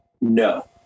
no